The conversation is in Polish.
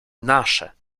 nasze